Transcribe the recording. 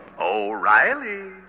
O'Reilly